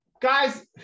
guys